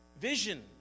vision